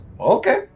okay